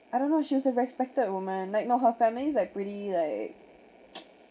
I don't know she was a respected woman like not her family it's like pretty like